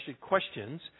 questions